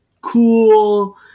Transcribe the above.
cool